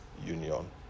union